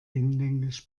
hinlänglich